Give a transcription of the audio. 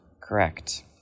Correct